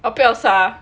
不要杀